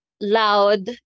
loud